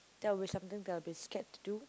that will be something that I'll be scared to do